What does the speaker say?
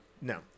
No